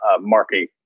marketing